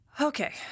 Okay